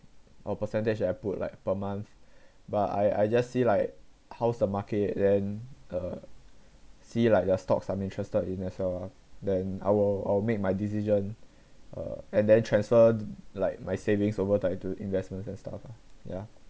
or percentage that I put like per month but I I just see like how's the market and then uh see like the stocks I'm interested in as ah then I will I will make my decision uh and then transferred like my savings over time into investments and stuff lah ya